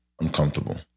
uncomfortable